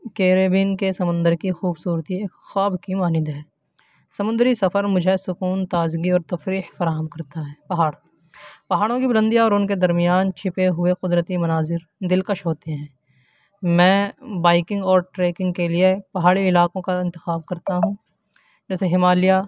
Caribbean کے سمندر کی خوبصورتی خواب کی مانند ہے سمندری سفر مجھے سکون تازگی اور تفریح فراہم کرتا ہے پہاڑ پہاڑوں کی بلندیاں اور ان کے درمیان چھپے ہوئے قدرتی مناظر دلکش ہوتے ہیں میں بائیکنگ اور ٹریکنگ کے لیے پہاڑی علاقوں کا انتخاب کرتا ہوں جیسے ہمالیہ